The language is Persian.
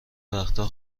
وقتها